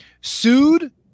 Sued